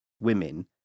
women